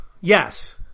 yes